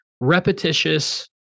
repetitious